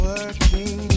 Working